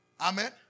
Amen